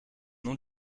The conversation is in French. nom